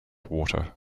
water